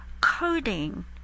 coding